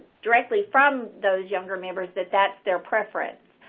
directly from those younger members that that's their preference.